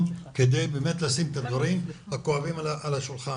כדי באמת לשים את הדברים הכואבים על השולחן.